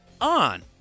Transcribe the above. on